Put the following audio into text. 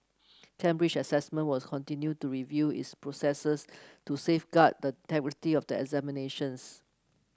Cambridge Assessment was continue to review its processes to safeguard the of the examinations